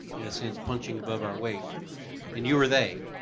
in a sense, punching above our weight and you were they.